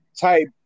type